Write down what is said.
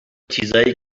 چیزایی